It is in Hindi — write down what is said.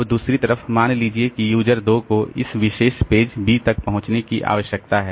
अब दूसरी तरफ मान लीजिए कि यूज़र 2 को इस विशेष पेज B तक पहुंचने की आवश्यकता है